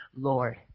Lord